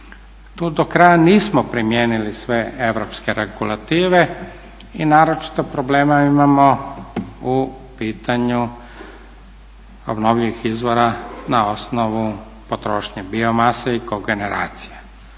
Tu do kraja nismo primijenili sve europske regulative i naročito problema imamo u pitanju obnovljivih izvora na osnovu potrošnje bio mase i kogeneracije.